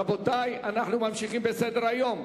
רבותי, אנחנו ממשיכים בסדר-היום.